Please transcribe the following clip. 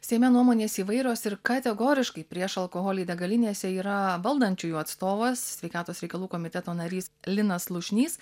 seime nuomonės įvairios ir kategoriškai prieš alkoholį degalinėse yra valdančiųjų atstovas sveikatos reikalų komiteto narys linas slušnys